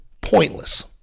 Pointless